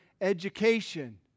education